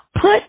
put